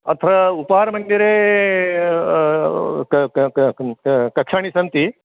अत्र उपहारमन्दिरे कक्षाणि सन्ति तत्र